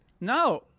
No